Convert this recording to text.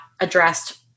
addressed